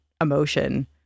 emotion